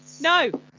no